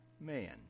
Man